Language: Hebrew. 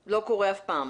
לא קורה אף פעם.